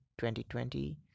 2020